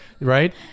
Right